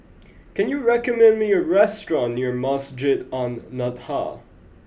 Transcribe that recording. can you recommend me a restaurant near Masjid An Nahdhah